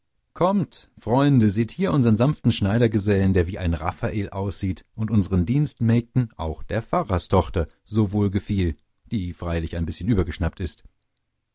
kommt freunde seht hier unsern sanften schneidergesellen der wie ein raphael aussieht und unsern dienstmägden auch der pfarrerstochter so wohl gefiel die freilich ein bißchen übergeschnappt ist